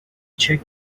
check